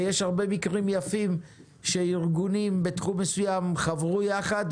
ויש הרבה מקרים יפים שארגונים בתחום מסוים חברו יחד,